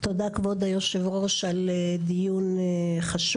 בוקר טוב, תודה כבוד יושב הראש על דיון חשוב.